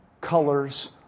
colors